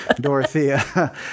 Dorothea